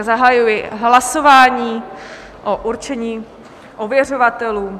Zahajuji hlasování o určení ověřovatelů.